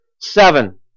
seven